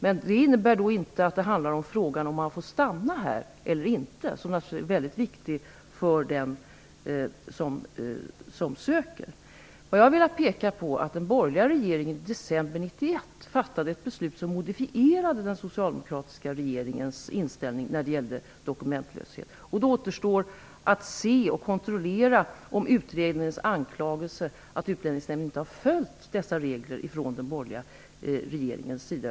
Men detta är inte avgörande för om vederbörande får stanna här eller ej, vilket naturligtvis är det allra viktigaste för dem som söker. Jag har velat peka på att den borgerliga regeringen i december 1991 fattade ett beslut som modifierade den socialdemokratiska regeringens inställning i fråga om dokumentlöshet. Det återstår att kontrollera utredningens anklagelser om att Utlänningsnämnden inte har följt de regler som den borgerliga regeringen har fattat.